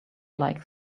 like